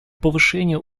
повышению